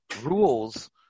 rules